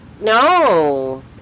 No